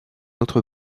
autre